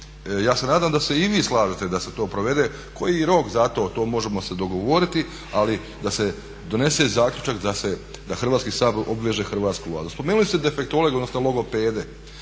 Ja se nadam da se i vi slažete da se to provede, koji je rok za to, to možemo se dogovoriti ali da se donese zaključak da Hrvatski sabor obveže hrvatsku Vladu. Spomenuli ste defektologe, odnosno logopede.